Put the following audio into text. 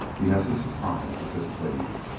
he has a surprise up his sleeve.